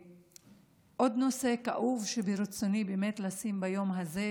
עוד נושא כאוב שברצוני לשים ביום הזה,